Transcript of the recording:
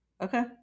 Okay